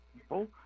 people